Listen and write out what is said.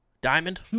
Diamond